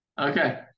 Okay